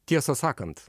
tiesa sakant